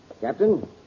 Captain